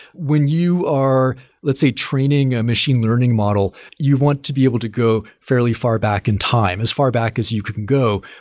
when you are let's say training a machine learning model, you want to be able to go fairly far back in time, as far back as you can go,